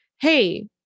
Hey